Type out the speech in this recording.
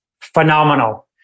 phenomenal